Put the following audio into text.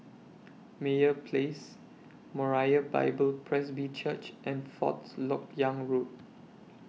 Meyer Place Moriah Bible Presby Church and Fourth Lok Yang Road